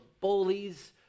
bullies